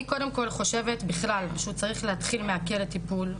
אני קודם כל חושבת שהוא בכלל צריך להתחיל מהכלא טיפול,